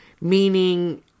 Meaning